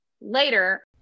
later